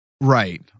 Right